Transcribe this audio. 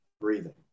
breathing